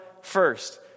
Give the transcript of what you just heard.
first